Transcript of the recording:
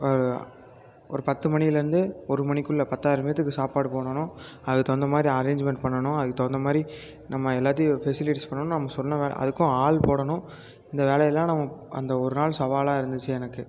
ஒரு ஒரு பத்து மணிலேந்து ஒரு மணிக்குள்ளே பத்தாயிரம் பேர்த்துக்கு சாப்பாடு போடணும் அதுக்கு தகுந்தமாதிரி அரேஞ்சுமெண்ட் பண்ணணும் அதுக்கு தகுந்தமாதிரி நம்ம எல்லாத்தையும் ஃபெஸிலிட்டிஸ் பண்ணணும் நம்ம சொன்ன வேலை அதுக்கும் ஆள் போடணும் இந்த வேலையெல்லாம் நம்ம அந்த ஒருநாள் சவாலாக இருந்துச்சு எனக்கு